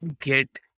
get